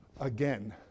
Again